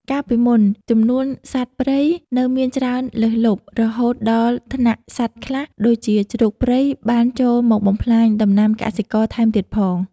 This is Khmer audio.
កាលពីមុន ចំនួនសត្វព្រៃនៅមានច្រើនលើសលប់ រហូតដល់ថ្នាក់សត្វខ្លះដូចជាជ្រូកព្រៃ បានចូលមកបំផ្លាញដំណាំកសិករថែមទៀតផង។